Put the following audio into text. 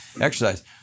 exercise